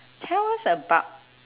tell us about